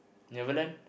Neverland